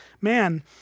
man